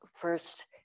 first